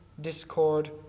discord